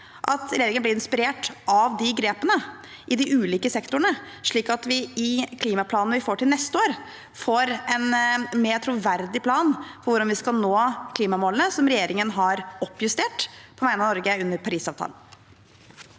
at regjeringen blir inspirert av de grepene i de ulike sektorene, slik at vi i klimaplanen vi får til neste år, får en mer troverdig plan for hvordan vi skal nå klimamålene – som regjeringen har oppjustert på vegne av Norge under Parisavtalen.